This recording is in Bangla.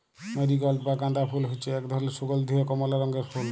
মেরিগল্ড বা গাঁদা ফুল হচ্যে এক ধরলের সুগন্ধীয় কমলা রঙের ফুল